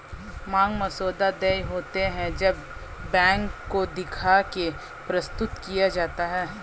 मांग मसौदा देय होते हैं जब बैंक को दिखा के प्रस्तुत किया जाता है